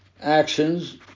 actions